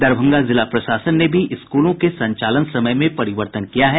दरभंगा जिला प्रशासन ने भी स्कूलों के संचालन समय में परिवर्तन किया है